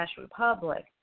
Republic